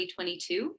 2022